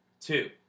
two